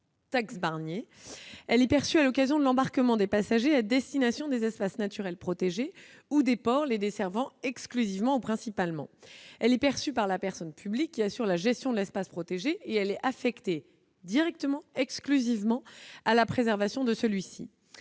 taxe Barnier », est perçue à l'occasion de l'embarquement des passagers à destination des espaces naturels protégés ou des ports les desservant exclusivement ou principalement. Elle est perçue par la personne publique qui assure la gestion de l'espace protégé et est affectée exclusivement à la préservation de celui-ci.